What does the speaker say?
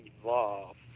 evolve